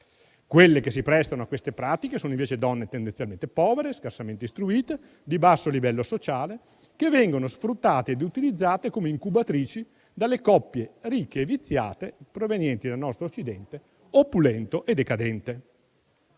Quelle che si prestano a queste pratiche sono invece donne tendenzialmente povere, scarsamente istruite, di basso livello sociale, che vengono sfruttate e utilizzate come incubatrici dalle coppie ricche e viziate provenienti dal nostro Occidente opulento e decadente.